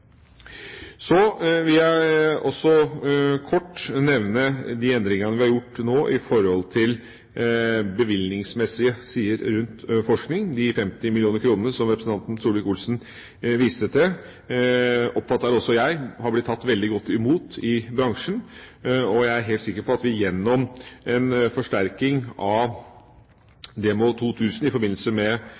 vil også kort nevne de endringene vi har gjort til nå når det gjelder bevilgninger til forskning. De 50 mill. kr som representanten Solvik-Olsen viste til, oppfatter også jeg har blitt veldig godt tatt imot i bransjen, og jeg er helt sikker på at vi gjennom en forsterking av DEMO 2000 i forbindelse med